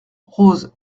rose